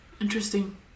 Interesting